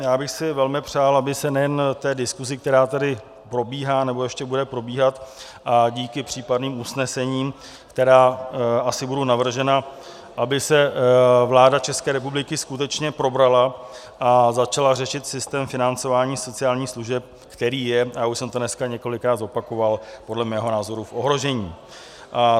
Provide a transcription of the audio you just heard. Já bych si velmi přál, aby se nejen díky té diskusi, která tady probíhá nebo ještě bude probíhat, a díky případným usnesením, která asi budou navržena, vláda České republiky skutečně probrala a začala řešit systém financování sociálních služeb, který je, já už jsem to dneska několikrát zopakoval, podle mého názoru v ohrožení.